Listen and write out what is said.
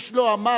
איש לא אמר.